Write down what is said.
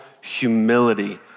humility